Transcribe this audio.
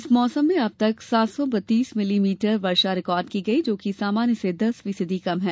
इस मौसम में अबतक सात सौ बत्तीस मिलीमीटर वर्षा रिकॉर्ड की गई है जो कि सामान्य से दस फीसदी कम है